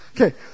Okay